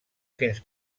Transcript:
fins